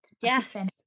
yes